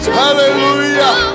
hallelujah